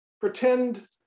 pretend